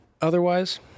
Otherwise